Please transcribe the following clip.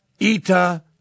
Ita